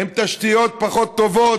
עם תשתיות פחות טובות,